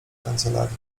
kancelarii